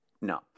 No